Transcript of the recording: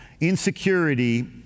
insecurity